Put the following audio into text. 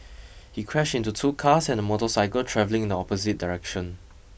he crashed into two cars and a motorcycle travelling in the opposite direction